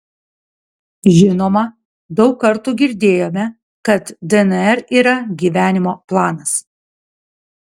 žinoma daug kartų girdėjome kad dnr yra gyvenimo planas